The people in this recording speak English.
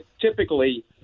Typically